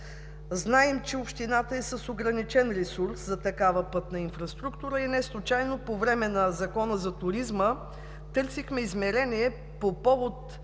Знаем, че общината е с ограничен ресурс за такава пътна инфраструктура и неслучайно по време на Закона за туризма търсихме измерение по повод